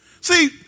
See